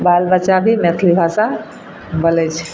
बाल बच्चा भी मैथिली भाषा बोलैत छै